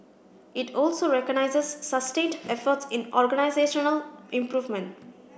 it also recognises sustained efforts in organisational improvement